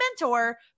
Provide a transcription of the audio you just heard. mentor